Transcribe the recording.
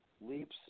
leaps